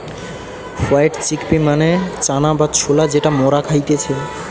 white chickpea মানে চানা বা ছোলা যেটা মরা খাইতেছে